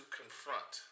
confront